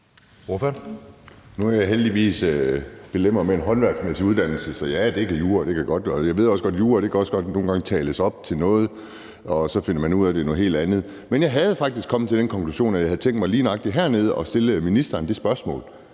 Nu er jeg heldigvis belemret med en håndværksmæssig uddannelse, så ja, det er ikke jura, og jeg ved også godt, at jura nogle gange kan tales op til at være noget, og så finder man ud af, at det er noget helt andet. Men jeg var faktisk kommet til den konklusion, at jeg havde tænkt mig lige nøjagtig hernede at stille ministeren det spørgsmål,